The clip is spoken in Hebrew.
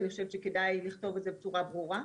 אני חושבת שכדאי לכתוב את זה בצורה ברורה.